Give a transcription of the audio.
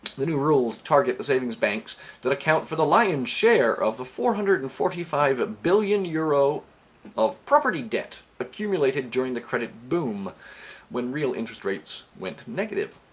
the new rules target the savings banks that account for the lion's share of the four hundred and forty five billion euro of property debt that accumulated during the credit boom when real interest rates went negative.